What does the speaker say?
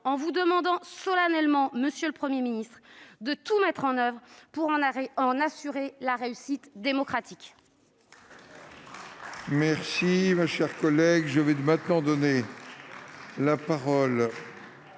en vous demandant solennellement, monsieur le Premier ministre, de tout mettre en oeuvre pour en assurer la réussite démocratique.